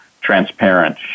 transparent